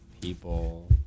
people